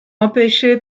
empêché